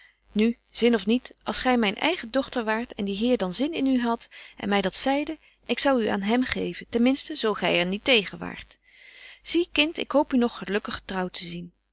nu zin of niet als gy myn eigen dochter waart en die heer dan zin in u hadt en my dat zeide ik zou u aan hem geven ten minsten zo gy er niet tegen waart zie kind ik hoop u nog gelukkig getrouwt te zien